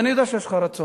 ואני יודע שיש לך רצון.